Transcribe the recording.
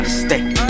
stay